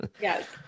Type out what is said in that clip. Yes